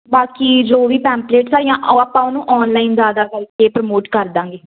ਬਾਕੀ ਜੋ ਵੀ ਪੈਂਪਲੇਟਸ ਆ ਜਾਂ ਓਹ ਆਪਾਂ ਉਹਨੂੰ ਔਨਲਾਈਨ ਜ਼ਿਆਦਾ ਕਰਕੇ ਪ੍ਰਮੋਟ ਕਰ ਦਾਂਗੇ